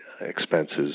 expenses